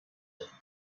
have